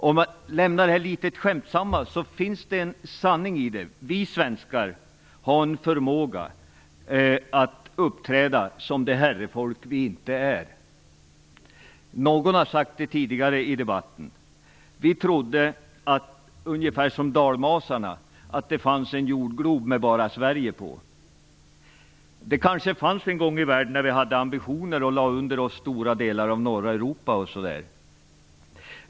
För att lämna den litet skämtsamma tonen, finns det en sanning i detta. Vi svenskar har en förmåga att uppträda som det herrefolk vi inte är. Någon har också sagt det tidigare i debatten. Ungefär som dalmasarna har vi trott att det finns en jordglob med bara Sverige på. Det kanske fanns en sådan en gång i världen, när Sverige hade ambitionen att lägga under sig stora delar av norra Europa.